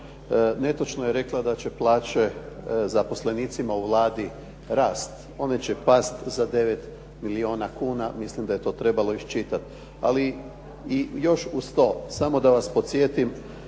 netočno je rekla da će plaće zaposlenicima u Vladi rasti. One će pasti za 9 milijuna kuna, mislim da je to trebalo iščitati. I još uz to, samo da vas podsjetim